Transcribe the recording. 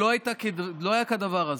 לא היה כדבר הזה.